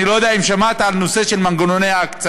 אני לא יודע אם שמעת על הנושא של מנגנוני ההקצאה,